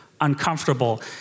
uncomfortable